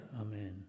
amen